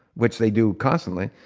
which they do constantly,